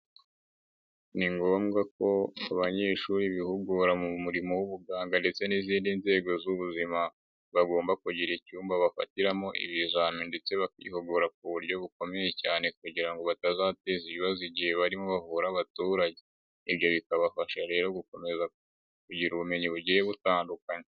Ni ngombwa ko abanyeshuri bihugura mu murimo w'ubuganga ndetse n'izindi nzego z'ubuzima,. bagomba kugira icyumba bafatiramo ibizami ndetse bakihugugora ku buryo bukomeye cyane kugira ngo batazateza ibibazo igihe barimo bahura abaturage. Ibyo bikabafasha rero gukomeza kugira ubumenyi bugiye butandukanye.